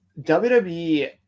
WWE